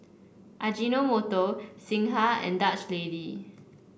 Ajinomoto Singha and Dutch Lady